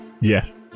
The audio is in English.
Yes